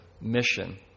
mission